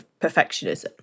perfectionism